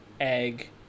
egg